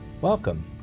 Welcome